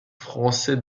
français